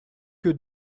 que